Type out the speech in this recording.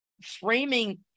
framing